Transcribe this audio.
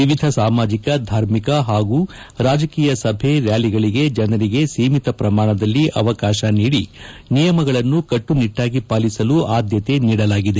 ವಿವಿಧ ಸಾಮಾಜಿಕ ಧಾರ್ಮಿಕ ಹಾಗೂ ರಾಜಕೀಯ ಸಭೆ ರ್ಯಾಲಿಗಳಿಗೆ ಜನರಿಗೆ ಸೀಮಿತ ಪ್ರಮಾಣದಲ್ಲಿ ಅವಕಾಶ ನೀದಿ ನಿಯಮಗಳನ್ನು ಕಟ್ಟುನಿಟ್ಟಾಗಿ ಪಾಲಿಸಲು ಆದ್ಯತೆ ನೀಡಲಾಗಿದೆ